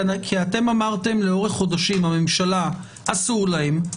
כי הממשלה אמרה לאורך חודשים שאסור להם,